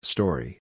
Story